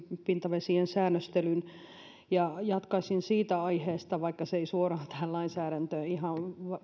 pintavesien säännöstelystä ja jatkaisin siitä aiheesta vaikka se ei suoraan tähän lainsäädäntöön ihan